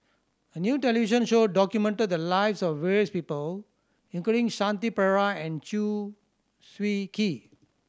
a new television show documented the lives of various people including Shanti Pereira and Chew Swee Kee